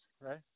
right